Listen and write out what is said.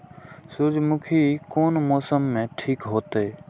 सूर्यमुखी कोन मौसम में ठीक होते?